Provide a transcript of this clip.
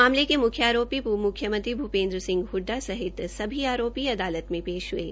मामले के मुख्य आरोपी पूर्व मुख्यमंत्री भूपेन्द्र सिंह हडडा सहित सभी आरोपी अदालत में पेश हये